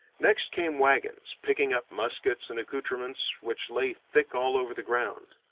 next came wagons, picking up muskets and accoutrements which lay thick all over the ground.